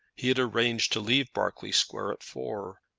he had arranged to leave berkeley square at four,